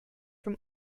from